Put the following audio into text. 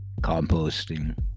composting